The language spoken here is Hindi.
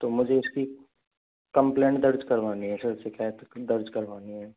तो मुझे इसकी कंप्लेंट दर्ज करवानी है सर शिकायत दर्ज करवानी है